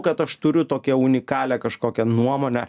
kad aš turiu tokią unikalią kažkokią nuomonę